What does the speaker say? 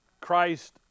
Christ